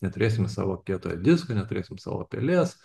neturėsime savo kietojo disko neturėsim savo pelės